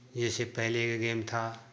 जैसे पहले यह गेम था